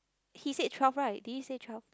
he say twelve right did he say twelve